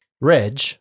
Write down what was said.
Reg